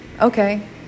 Okay